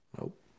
Nope